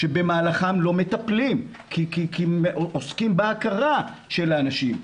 שבמהלכן לא מטפלים כי עוסקים בהכרה של האנשים.